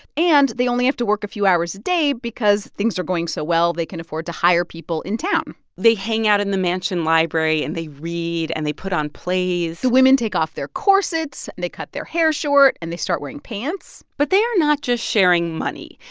and they only have to work a few hours a day because things are going so well they can afford to hire people in town they hang out in the mansion library. and they read, and they put on plays the women take off their corsets, and they cut their hair short. and they start wearing pants but they are not just sharing money.